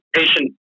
patient